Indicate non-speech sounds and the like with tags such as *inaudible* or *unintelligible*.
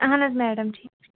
اہن حظ میڈَم *unintelligible*